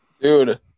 Dude